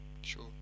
Sure